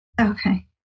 okay